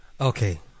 Okay